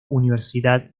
universidad